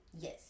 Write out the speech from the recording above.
Yes